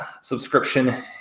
subscription